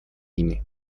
ими